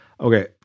Okay